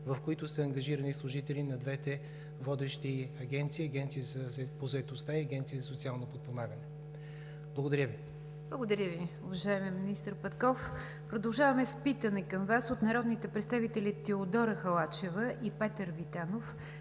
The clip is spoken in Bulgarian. в които са ангажирани служители на двете водещи агенции: Агенцията по заетостта и Агенцията за социално подпомагане. Благодаря Ви. ПРЕДСЕДАТЕЛ НИГЯР ДЖАФЕР: Благодаря Ви, уважаеми министър Петков. Продължаваме с питане към Вас от народните представители – Теодора Халачева и Петър Витанов